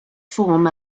form